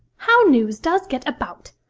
how news does get about!